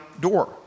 door